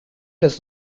does